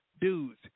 dudes